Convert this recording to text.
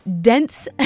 dense